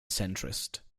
centrist